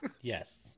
Yes